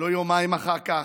לא יומיים אחר כך,